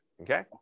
Okay